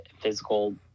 physical